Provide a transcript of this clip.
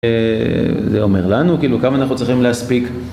זה אומר לנו כאילו, כמה אנחנו צריכים להספיק